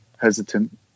hesitant